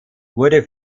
wurde